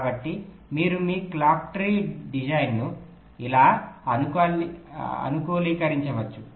కాబట్టి మీరు మీ క్లాక్ ట్రీ డిజైన్ను ఇలా అనుకూలీకరించవచ్చు